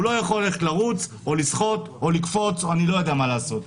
לא יכול ללכת לרוץ או לשחות או לקפוץ או אני לא יודע מה לעשות.